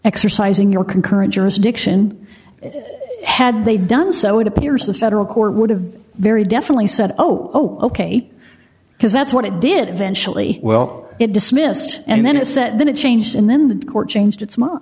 exercising your concurrent jurisdiction had they done so it appears the federal court would have very definitely said oh ok because that's what it did eventually well it dismissed and then it set then it changed and then the court changed its m